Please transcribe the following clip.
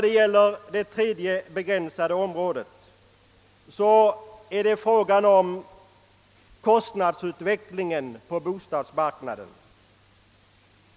Det tredie begränsade området som jag vill ta upp gäller kostnadsutvecklingen på bostadsmarknaden.